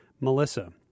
Melissa